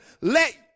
let